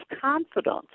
confidence